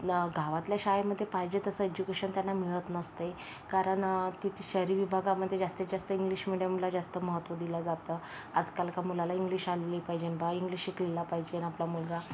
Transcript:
गावातल्या शाळेमध्ये पाहिजे तसं एज्युकेशन त्यांना मिळत नसते कारण तिथे शहरी विभागामध्ये जास्तीत जास्त इंग्लिश मीडियमला जास्त महत्त्व दिलं जात आजकालच्या मुलाला इंग्लिश आली पाहिजे बा शिकलेला पाहिजे आपला मुलगा